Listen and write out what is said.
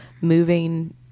moving